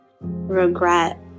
regret